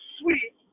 sweet